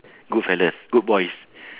good fellas good boys